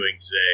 today